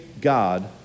God